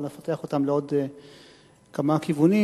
אבל אפתח אותם לעוד כמה כיוונים.